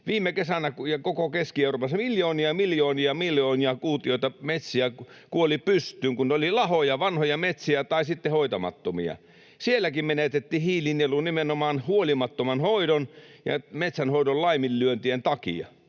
viime kesänä miljoonia, miljoonia, miljoonia kuutioita metsää kuoli pystyyn, kun ne olivat lahoja, vanhoja metsiä tai sitten hoitamattomia. Sielläkin menetettiin hiilinielu nimenomaan huolimattoman hoidon ja metsänhoidon laiminlyöntien takia,